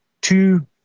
two